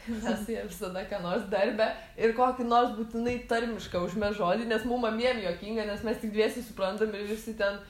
ir mes su ja visada ką nors darbe ir kokį nors būtinai tarmišką užmes žodį nes mum abiem juokinga nes mes tik dviese suprantam ir visi ten